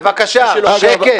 בבקשה, שקט.